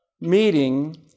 meeting